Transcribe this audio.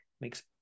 makes